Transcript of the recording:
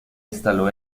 instaló